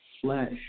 flesh